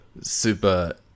super